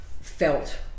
felt